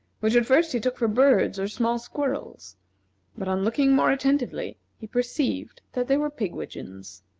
which at first he took for birds or small squirrels but on looking more attentively he perceived that they were pigwidgeons.